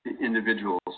individuals